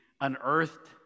unearthed